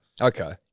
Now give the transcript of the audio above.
Okay